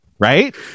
Right